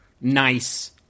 nice –